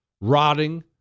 rotting